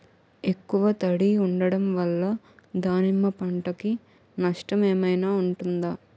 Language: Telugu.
ఎక్కువ తడి ఉండడం వల్ల దానిమ్మ పంట కి నష్టం ఏమైనా ఉంటుందా?